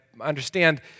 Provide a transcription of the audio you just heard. understand